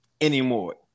anymore